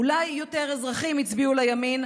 אולי יותר אזרחים הצביעו לימין,